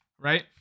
right